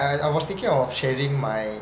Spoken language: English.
I was thinking of sharing my